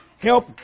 help